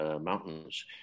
mountains